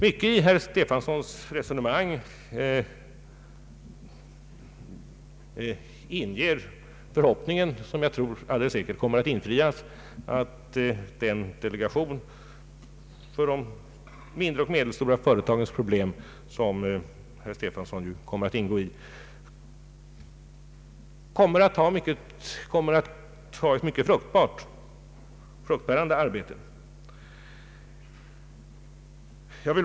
Mycket i herr Stefansons resonemang inger förhoppningen — en förhoppning som jag alldeles säkert tror kommer att infrias — att den delegation för de mindre och medelstora företagens problem, som herr Stefanson kommer att ingå i, kommer att bedriva ett mycket fruktbärande arbete.